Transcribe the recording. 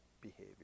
behavior